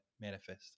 manifest